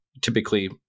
typically